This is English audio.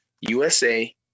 USA